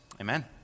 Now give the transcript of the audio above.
Amen